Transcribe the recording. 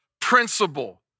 principle